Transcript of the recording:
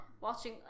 watching